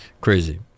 Crazy